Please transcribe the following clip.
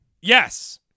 Yes